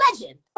legend